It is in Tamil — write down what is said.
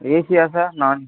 ஏசியா சார் நான்